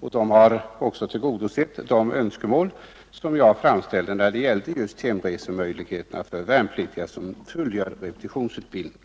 De har tillgodosett det önskemål som jag framställde när det gällde just hemresemöjligheter för värnpliktiga som fullgör repetitionsutbildning.